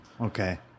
Okay